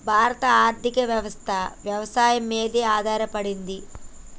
భారత ఆర్థికవ్యవస్ఠ వ్యవసాయం మీదే ఆధారపడింది